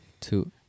two